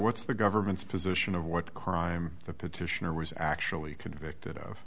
what's the government's position of what crime the petitioner was actually convicted